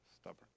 stubborn